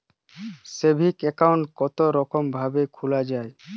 Saving account কতরকম ভাবে খোলা য়ায়?